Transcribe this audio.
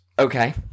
Okay